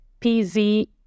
PZ